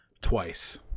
twice